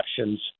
options